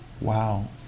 wow